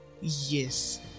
yes